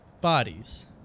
bodies